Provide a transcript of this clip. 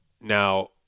Now